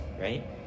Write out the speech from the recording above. right